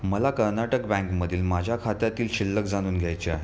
मला कर्नाटक बँकमधील माझ्या खात्यातील शिल्लक जाणून घ्यायची आहे